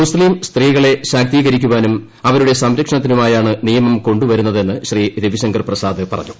മുസ്തീം സ്ത്രീകളെ ശാക്തീകരിക്കാനും അവരുടെ സംരക്ഷണത്തിനുമായാണ് നിയമം കൊണ്ടുവരുന്നതെന്ന് ശ്രീ രവിശങ്കർ പ്രസാദ് പറഞ്ഞു